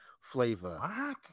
Flavor